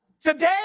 Today